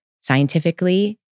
scientifically